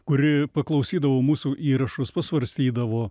kuri paklausydavo mūsų įrašus pasvarstydavo